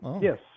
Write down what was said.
Yes